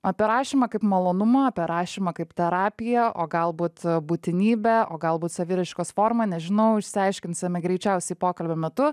apie rašymą kaip malonumą apie rašymą kaip terapiją o galbūt būtinybę o galbūt saviraiškos formą nežinau išsiaiškinsime greičiausiai pokalbio metu